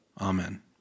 Amen